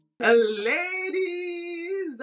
Ladies